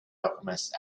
alchemist